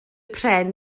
pren